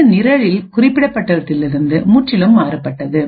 இது நிரலில் குறிப்பிடப்பட்டுள்ளவற்றிலிருந்து முற்றிலும் மாறுபட்டது